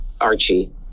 Archie